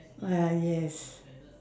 ah yes